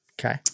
Okay